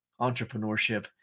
entrepreneurship